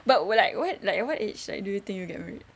but we're like what like what age like do you think you get married